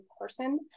person